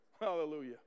Hallelujah